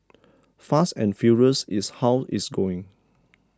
fast and furious is how it's going